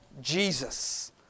Jesus